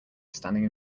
standing